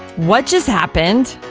what just happened?